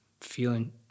feeling